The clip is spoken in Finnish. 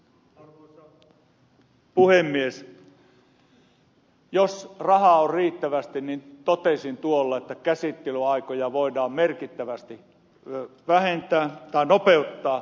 totesin että jos rahaa on riittävästi niin käsittelyaikoja voidaan merkittävästi nopeuttaa